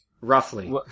Roughly